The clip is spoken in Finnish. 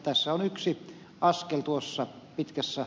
tässä on yksi askel tuossa pitkässä